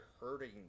hurting